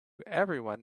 everyone